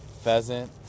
pheasant